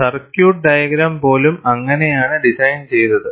circuit diagram പോലും അങ്ങനെയാണ് design ചെയ്തത്